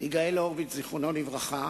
יגאל הורביץ, זיכרונו לברכה,